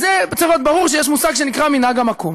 אז זה צריך להיות ברור שיש מושג שנקרא מנהג המקום.